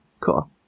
Cool